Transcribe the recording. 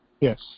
Yes